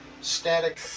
static